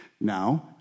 Now